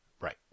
Right